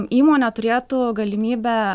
įmonė turėtų galimybę